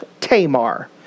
Tamar